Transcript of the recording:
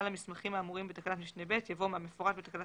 למסמכים האמורים בתקנת משנה (ב)" יבוא "מהמפורט בתקנת